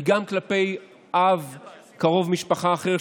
היא גם כלפי אב או קרוב משפחה אחר,